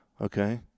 Okay